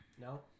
No